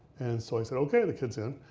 and so i said, okay, the kid's in.